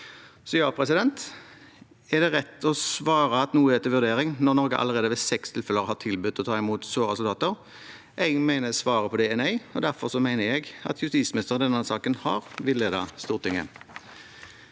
vurderinger. Er det rett å svare at noe «er til vurdering» når Norge allerede ved seks tilfeller har tilbudt å ta imot sårede soldater? Jeg mener svaret på det er nei, og derfor mener jeg at justisministeren i denne saken har villedet Stortinget.